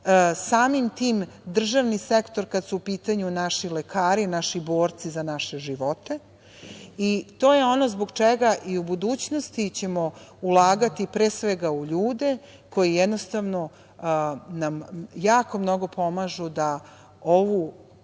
Samim tim državni sektor kada su u pitanju naši lekari, naši borci za naše živote i to je ono zbog čega što i u budućnosti ćemo ulagati pre svega u ljude koji jednostavno nam jako mnogo pomažu da ove